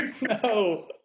No